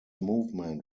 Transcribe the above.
movement